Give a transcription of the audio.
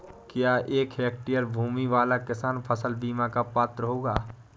क्या एक हेक्टेयर भूमि वाला किसान फसल बीमा का पात्र होगा?